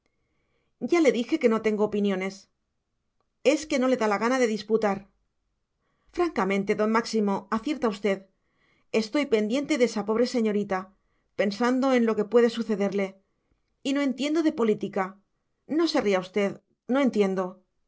ya le dije que no tengo opiniones es que no le da la gana de disputar francamente don máximo acierta usted estoy pendiente de esa pobre señorita pensando en lo que puede sucederle y no entiendo de política no se ría usted no entiendo